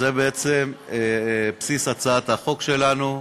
זה בסיס הצעת החוק שלנו.